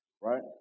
right